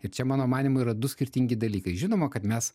ir čia mano manymu yra du skirtingi dalykai žinoma kad mes